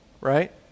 Right